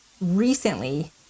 recently